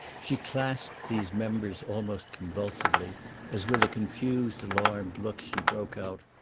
she clasped these members almost convulsively as, with a confused, alarmed look, she broke out,